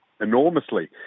enormously